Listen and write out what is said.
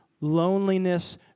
loneliness